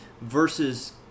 versus